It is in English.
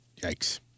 Yikes